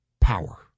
power